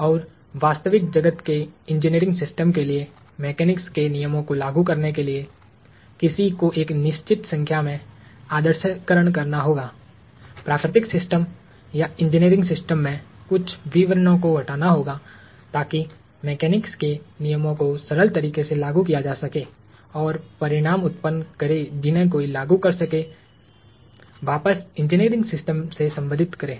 और वास्तविक जगत के इंजीनियरिंग सिस्टम के लिए मेकेनिक्स के नियमों को लागू करने के लिए किसी को एक निश्चित संख्या में आदर्शीकरण करना होगा प्राकृतिक सिस्टम या इंजीनियरिंग सिस्टम में कुछ विवरणों को हटाना होगा ताकि मेकेनिक्स के नियमों को सरल तरीके से लागू किया जा सकेऔर ऐसे परिणाम उत्पन्न करें जिन्हें कोई लागू कर सके वापस इंजीनियरिंग सिस्टम से संबंधित करे